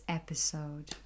episode